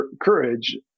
courage